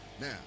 Now